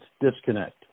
disconnect